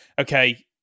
okay